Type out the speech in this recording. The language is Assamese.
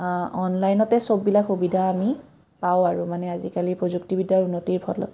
অনলাইনতে চববিলাক সুবিধা আমি পাওঁ আৰু মানে আজিকালি প্ৰযুক্তিবিদ্যাৰ উন্নতিৰ ফলত